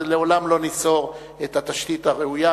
לעולם לא ניצור את התשתית הראויה.